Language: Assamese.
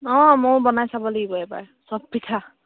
অঁ মইও বনাই চাব লাগিব এবাৰ সব পিঠা